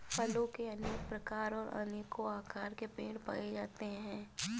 फलों के अनेक प्रकार और अनेको आकार के पेड़ पाए जाते है